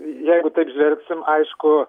jeigu taip žvelgsim aišku